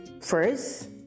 First